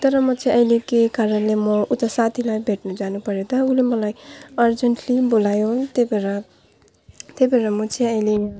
तर म चाहिँ अहिले के कारणले म उता साथीलाई भेट्नु जानुपर्यो त उसले मलाई अर्जेन्टली बोलायो त्यही भएर त्यही भएर म चाहिँ अहिले